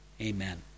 amen